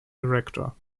director